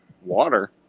water